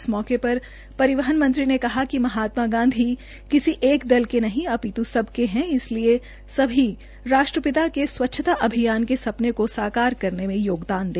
इस मौके पर परिवहन मंत्री ने कहा कि महात्मा गांधी किसी एक दल के नहीं अपित् सबके है इसलिए सभी राष्ट्रपिता के स्वच्छता अभियान के सपने को साकार करने में योगदान है